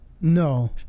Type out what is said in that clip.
no